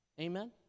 Amen